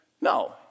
No